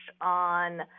on